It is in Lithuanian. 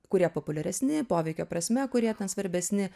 kurie populiaresni poveikio prasme kurie ten svarbesni